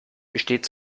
besteht